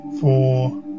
Four